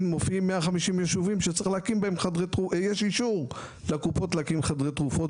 מופיעים 150 יישובים שיש אישור לקופות להקים חדרי תרופות.